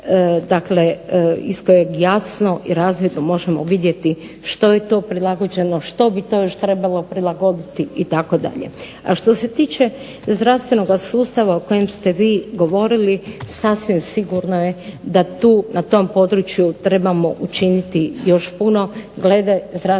dakle iz kojeg jasno i razvidno možemo vidjeti što je to prilagođeno, što bi to još trebalo prilagoditi itd. A što se tiče zdravstvenoga sustava o kojem ste vi govorili, sasvim sigurno je da tu na tom području trebamo učiniti još puno